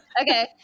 Okay